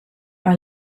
are